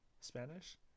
Spanish